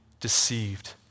deceived